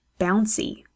bouncy